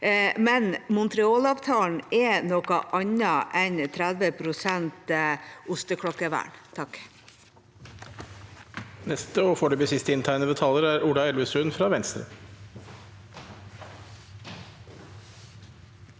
Montrealavtalen er noe annet enn 30 pst. osteklokkevern.